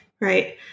Right